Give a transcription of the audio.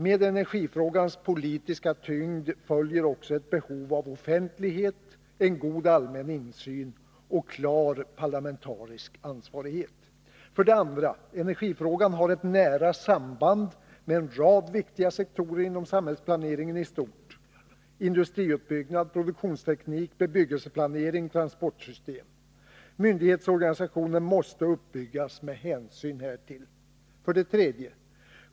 Med energifrågans politiska tyngd följer också ett behov av offentlighet, god allmän insyn och klar parlamentarisk ansvarighet. 2. Energifrågan har ett nära samband med en rad viktiga sektorer inom samhällsplaneringen i stort: industriutbyggnad, produktionsteknik, bebyggelseplanering, transportsystem. Myndighetsorganisationen måste byggas upp med hänsyn härtill. 3.